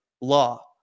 law